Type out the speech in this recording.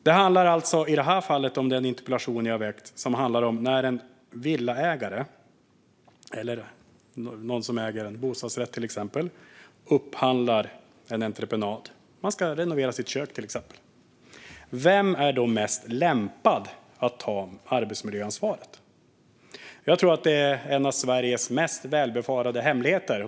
Den interpellation jag har ställt handlar om när en villaägare eller någon som äger till exempel en bostadsrätt upphandlar en entreprenad för att renovera exempelvis sitt kök. Vem är då mest lämpad att ha arbetsmiljöansvaret? Jag tror att det är en av Sveriges mest välbevarade hemligheter.